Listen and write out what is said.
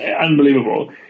Unbelievable